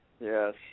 Yes